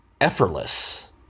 effortless